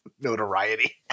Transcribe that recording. notoriety